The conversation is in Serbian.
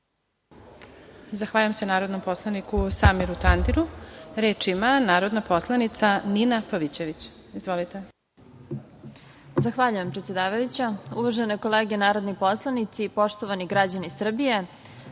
Zahvaljujem se narodnom poslaniku Samiru Tandiru. Reč ima narodna poslanica Nina Pavićević. Izvolite. **Nina Pavićević** Zahvaljujem, predsedavajuća. Uvažene kolege narodni poslanici, poštovani građani Srbije,